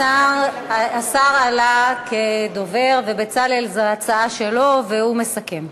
השר עלה כדובר, ובצלאל, זו ההצעה שלו, והוא מסכם.